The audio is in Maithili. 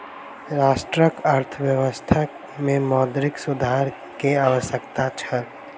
राष्ट्रक अर्थव्यवस्था में मौद्रिक सुधार के आवश्यकता छल